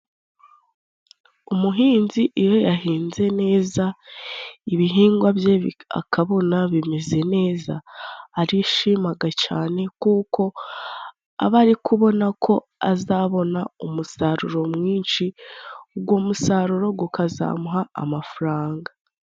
Umuhinzi iyo yahinze neza ibihingwa bye akabona bimeze neza, arishima cyane kuko aba ari kubona ko azabona, umusaruro mwinshi uwo musaruro ukazamuha amafaranga.